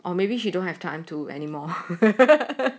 or maybe you don't have time to anymore